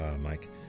mike